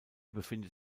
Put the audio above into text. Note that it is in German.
befindet